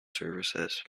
services